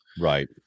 right